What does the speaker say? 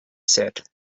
said